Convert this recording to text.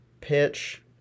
pitch